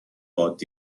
عادی